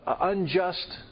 unjust